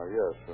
yes